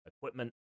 equipment